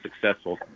successful